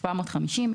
750,